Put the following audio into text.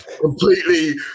completely